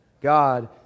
God